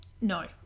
no